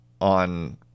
on